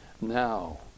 Now